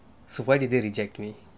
so why did they reject me